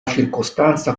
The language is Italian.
circostanza